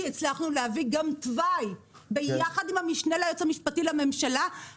כי הצלחנו להביא גם תוואי ביחד עם המשנה ליועץ המשפטי לממשלה,